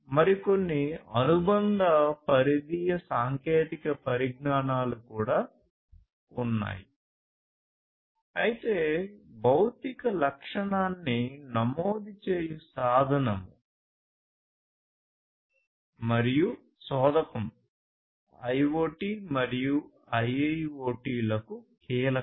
మరికొన్ని అనుబంధ పరిధీయ సాంకేతిక పరిజ్ఞానాలు కూడా ఉన్నాయి అయితే భౌతిక లక్షణాన్ని నమోదు చేయు సాధనము మరియు చోదకo IoT మరియు IIoT లకు కీలకం